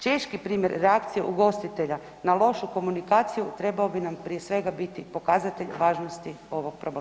Češki primjer reakcije ugostitelja na lošu komunikaciju trebao bi nam prije svega biti pokazatelj važnosti ovog problema.